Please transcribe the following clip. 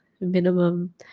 minimum